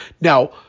Now